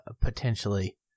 potentially